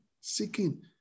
seeking